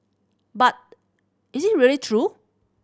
but is it really true